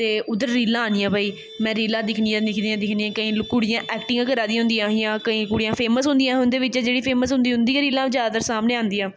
ते उद्धर रीलां आनियां भाई में रीलां दिक्खनियां दिक्खनियां दिक्खनियां केईं कुड़ियें ऐक्टिंगां करा दियां होंदियां हियां केईं कु़ड़ियां फेमस होंदियां हां उं'दे बिच्चा जेह्ड़ी फेमस होंदी उं'दी गै रीलां सामनै औंदियां